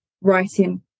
Writing